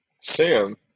Sam